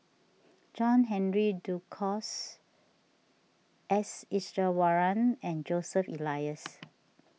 John Henry Duclos S Iswaran and Joseph Elias